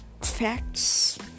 facts